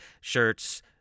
shirts